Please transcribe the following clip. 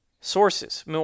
sources